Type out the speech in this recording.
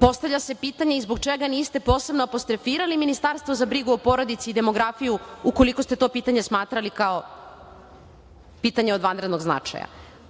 postavlja se pitanje i zbog čega niste posebno apostrofirali Ministarstvo za brigu o porodici i demografiju, ukoliko ste to pitanje smatrali kao pitanje od vanrednog značaja?